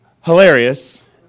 Hilarious